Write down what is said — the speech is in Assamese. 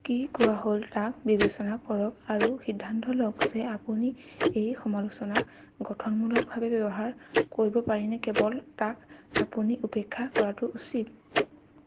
কি কোৱা হ'ল তাক বিবেচনা কৰক আৰু সিদ্ধান্ত লওক যে আপুনি এই সমালোচনাক গঠনমূলকভাৱে ব্যৱহাৰ কৰিব পাৰিনে কেৱল তাক আপুনি উপেক্ষা কৰাটো উচিত